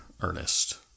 Ernest